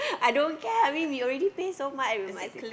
I don't care I mean we already pay so much we might